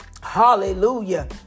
Hallelujah